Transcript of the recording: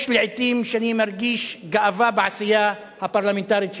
יש לעתים שאני מרגיש גאווה בעשייה הפרלמנטרית שלי.